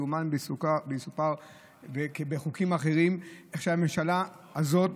יאומן כי יסופר בחוקים אחרים, איך הממשלה הזאת